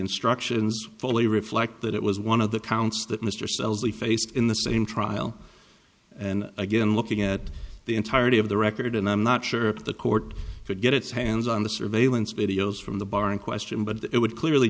instructions fully reflect that it was one of the counts that mr cells we face in the same trial and again looking at the entirety of the record and i'm not sure the court could get its hands on the surveillance videos from the bar in question but it would clearly